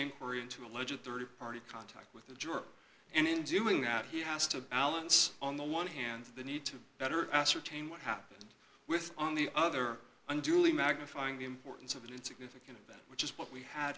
inquiry into alleged rd party contact with a jerk and in doing that he has to balance on the one hand the need to better ascertain what happened with on the other unduly magnifying the importance of that significant event which is what we ha